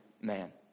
man